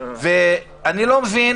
אני לא מבין